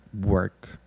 work